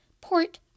Port